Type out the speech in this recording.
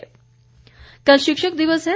शिक्षक दिवस कल शिक्षक दिवस है